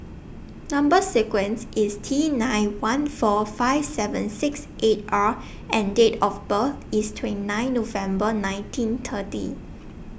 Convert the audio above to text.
Number sequence IS T nine one four five seven six eight R and Date of birth IS twenty nine November nineteen thirty